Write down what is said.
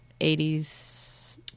80s